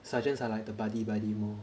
sergeants are like the buddy buddy lor